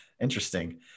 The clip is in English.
interesting